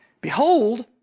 Behold